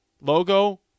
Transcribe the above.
logo